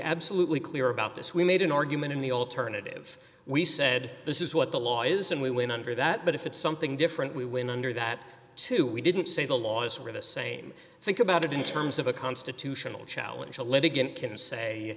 absolutely clear about this we made an argument in the alternative we said this is what the law is and we win under that but if it's something different we win under that too we didn't say the laws were the same think about it in terms of a constitutional challenge a litigant can say